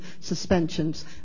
suspensions